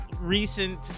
recent